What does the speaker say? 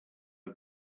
are